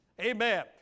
Amen